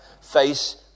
face